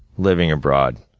living abroad.